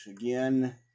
again